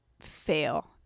fail